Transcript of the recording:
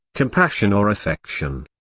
compassion or affection.